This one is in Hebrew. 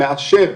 מאשר